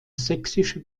sächsische